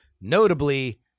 notably